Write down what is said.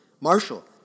Marshall